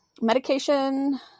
Medication